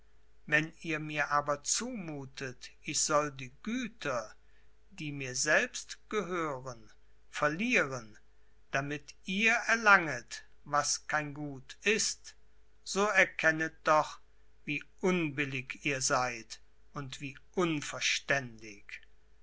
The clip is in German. wenn ihr mir aber zumuthet ich soll die güter die mir selbst gehören verlieren damit ihr erlanget was kein gut ist so erkennet doch wie unbillig ihr seid und wie unverständig